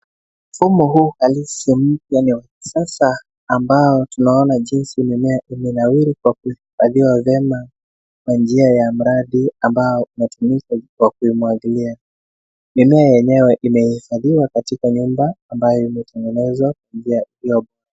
Mfumo huu halisi mpya ni wa kisasa ambao tunaona jinsi mimea imenawiri kwa kuhifadhiwa vyema kwa njia ya mradi ambao unatumika kuimwagilia. Mimea yenyewe imehifadhiwa katika nyumba ambayo imetengenezwa kwa njia iliyo...